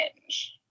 Hinge